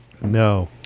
No